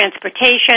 transportation